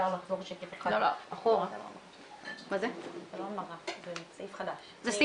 רק